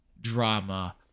drama